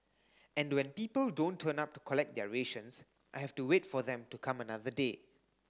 and when people don't turn up to collect their rations I have to wait for them to come another day